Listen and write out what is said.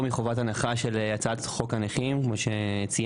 מחובת הנחה של הצעת חוק הנכים שציינת.